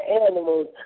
animals